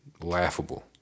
laughable